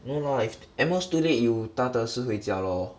no lah i~ at most too late you 搭德士回家 lor